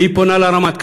והיא פונה לרמטכ"ל